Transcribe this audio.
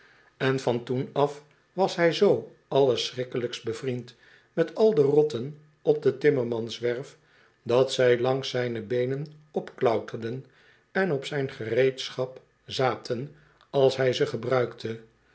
en van toen af was hij zoo allerschrikkelijkst bevriend met al de rotten op de timmermanswerf dat zij langs zijne beenen opklauterden en op zijn gereedschap zaten als hij ze gebruikte